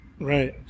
Right